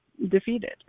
Defeated